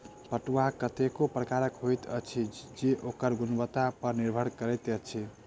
पटुआ कतेको प्रकारक होइत अछि जे ओकर गुणवत्ता पर निर्भर करैत अछि